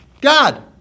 God